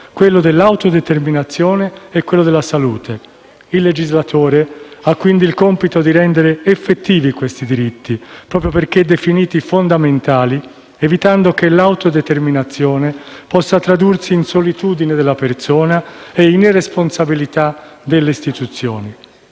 quello all'autodeterminazione e quello alla salute». Il legislatore ha quindi il compito di rendere effettivi questi diritti proprio perché definiti fondamentali, evitando che l'autodeterminazione possa tradursi in solitudine della persona e in irresponsabilità delle istituzioni.